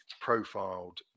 profiled